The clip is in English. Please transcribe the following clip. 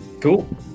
cool